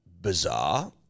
Bizarre